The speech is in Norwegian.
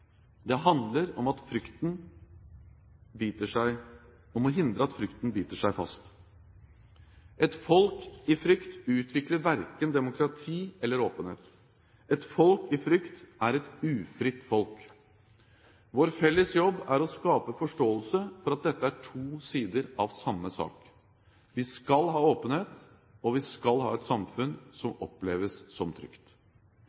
Det handler om å hindre at frykten biter seg fast. Et folk i frykt utvikler verken demokrati eller åpenhet. Et folk i frykt er et ufritt folk. Vår felles jobb er å skape forståelse for at dette er to sider av samme sak. Vi skal ha åpenhet, og vi skal ha et samfunn